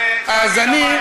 המים,